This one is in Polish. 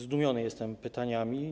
Zdumiony jestem pytaniami.